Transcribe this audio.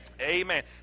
Amen